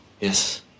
yes